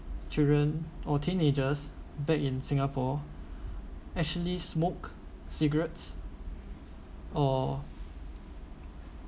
children or teenagers back in singapore actually smoke cigarettes or